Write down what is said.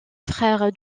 frère